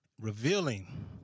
revealing